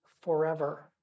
forever